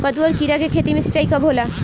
कदु और किरा के खेती में सिंचाई कब होला?